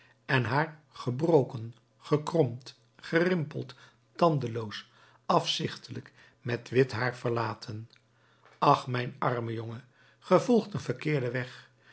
en haar gebroken gekromd gerimpeld tandeloos afzichtelijk met wit haar verlaten ach mijn arme jongen ge volgt een verkeerden weg